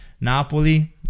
Napoli